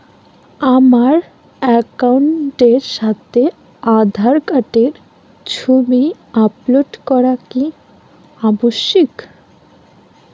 আমার অ্যাকাউন্টের সাথে আধার কার্ডের ছবি আপলোড করা কি আবশ্যিক?